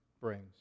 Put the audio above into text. brings